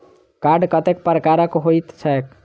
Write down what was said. Card कतेक प्रकारक होइत छैक?